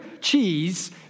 cheese